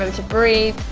um to breathe.